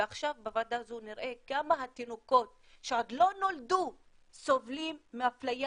ועכשיו בוועדה הזו נראה כמה התינוקות שעוד לא נולדו סובלים מאפליה,